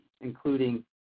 including